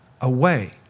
away